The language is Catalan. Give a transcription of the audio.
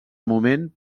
moment